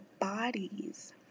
bodies